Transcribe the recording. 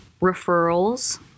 referrals